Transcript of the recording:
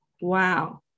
wow